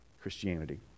Christianity